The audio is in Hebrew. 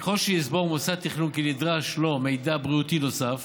ככל שיסבור מוסד תכנון כי נדרש לו מידע בריאותי נוסף